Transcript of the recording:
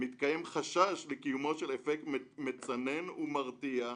מתקיים חשש לקיומו של אפקט מצנן ומרתיע,